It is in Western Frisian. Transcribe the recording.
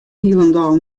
hielendal